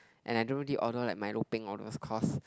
and I don't really order milo peng all those cause